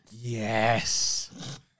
yes